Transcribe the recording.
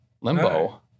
Limbo